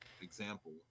example